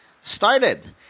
started